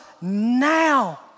now